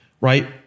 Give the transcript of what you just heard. right